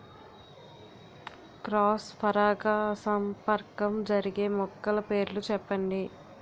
Cross పరాగసంపర్కం జరిగే మొక్కల పేర్లు చెప్పండి?